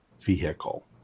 vehicle